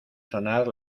sonar